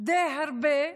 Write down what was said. די הרבה,